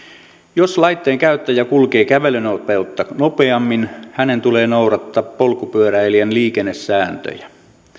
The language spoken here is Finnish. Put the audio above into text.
jos laitteen käyttäjä kulkee kävelynopeutta nopeammin hänen tulee noudattaa polkupyöräilijän liikennesääntöjä